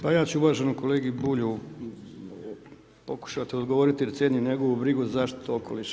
Pa ja ću uvaženom kolegi Bulju pokušati odgovoriti jer cijenim njegovu brigu za zaštitu okoliša.